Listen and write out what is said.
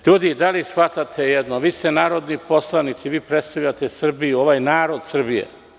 Ljudi, da li shvatate jedno, vi ste narodni poslanici, vi predstavljate Srbiju, ovaj narod Srbije.